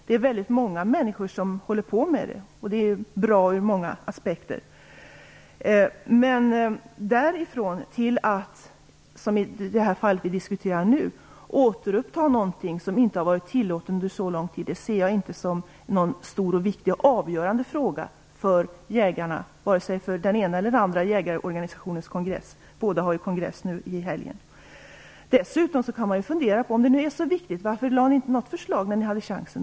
Det är väldigt många människor som håller på med det, och det är bra ur många aspekter. Men därifrån till att, som vi nu diskuterar, återuppta någonting som inte har varit tillåtet under så lång tid ser jag inte som någon stor och avgörande fråga för jägarna, vare sig för den ena eller för den andra jägarorganisationens kongress nu i helgen. Dessutom kan man fråga varför ni inte kom med ett förslag om ni tycker att det är så viktigt under de tre år ni hade chansen.